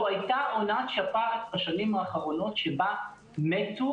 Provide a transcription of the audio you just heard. לא הייתה עונת שפעת בשנים האחרונות שבה מתו